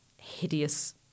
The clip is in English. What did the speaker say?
hideous